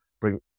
bring